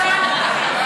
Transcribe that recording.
הגזמת.